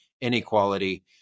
inequality